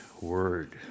word